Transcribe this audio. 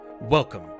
Welcome